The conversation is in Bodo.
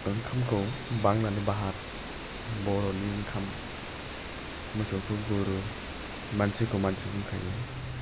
ओंखामखौ बांलानि भात बर'नि ओंखाम मोसौखौ गरु मानसिखौ मानसि बुंखायो